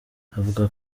avuga